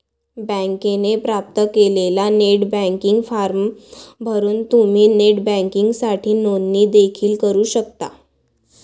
बँकेने प्राप्त केलेला नेट बँकिंग फॉर्म भरून तुम्ही नेट बँकिंगसाठी नोंदणी देखील करू शकता